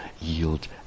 yield